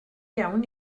iawn